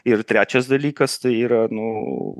ir trečias dalykas tai yra nu